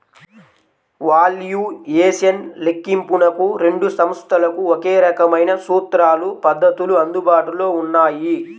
valuation లెక్కింపునకు రెండు సంస్థలకు ఒకే రకమైన సూత్రాలు, పద్ధతులు అందుబాటులో ఉన్నాయి